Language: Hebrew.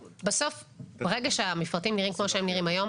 ברגע שהמפרטים נראים כמו שהם נראים היום,